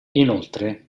inoltre